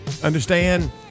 Understand